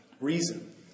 reason